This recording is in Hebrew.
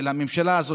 של הממשלה הזאת,